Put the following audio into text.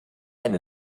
eine